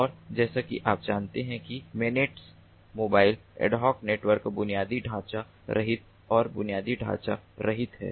और जैसा कि हम जानते हैं कि MANETs mobile ad hoc network बुनियादी ढाँचा रहित और बुनियादी ढाँचा रहित है